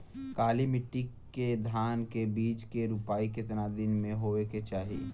काली मिट्टी के धान के बिज के रूपाई कितना दिन मे होवे के चाही?